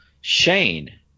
Shane